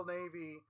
Navy